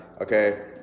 Okay